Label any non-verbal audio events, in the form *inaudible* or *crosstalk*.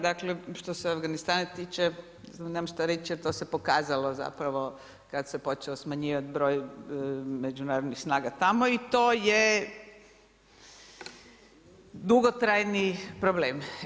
Dakle, što se Afganistana tiče, … *unintelligible* što reći a to se pokazalo zapravo kad se počeo smanjivati broj međunarodnih snaga tamo i to je dugotrajni problem.